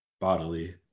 bodily